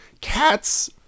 cats